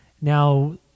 Now